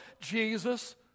Jesus